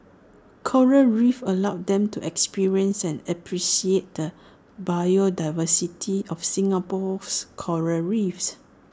Coral reefs allows them to experience and appreciate the biodiversity of Singapore's Coral reefs